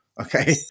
okay